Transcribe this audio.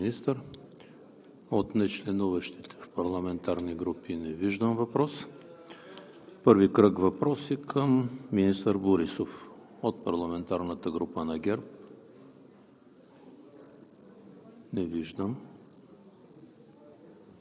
ПРЕДСЕДАТЕЛ ЕМИЛ ХРИСТОВ: Благодаря, господин Министър. От нечленуващите в парламентарни групи не виждам въпрос. Първи кръг въпроси към министър Борисов. От парламентарната група на ГЕРБ?